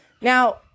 Now